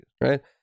right